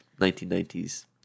1990s